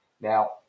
Now